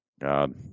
God